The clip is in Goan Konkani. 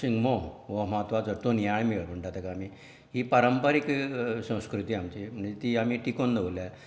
शिमगो हो म्हत्वाचो तोणयां मेळ म्हणटा तेका आमी ही पारंपरीक संस्कृती आमची म्हणटा ती आमी टिकोवन दवरल्या